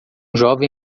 jovem